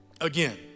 Again